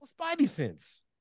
Spidey-sense